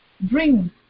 bring